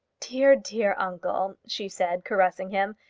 dear, dear uncle! she said, caressing him,